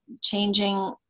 changing